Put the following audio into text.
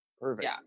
Perfect